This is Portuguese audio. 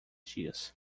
dias